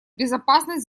безопасность